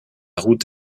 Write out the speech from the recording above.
route